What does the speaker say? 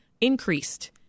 increased